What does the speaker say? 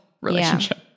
relationship